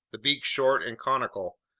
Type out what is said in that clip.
the beak short and conical,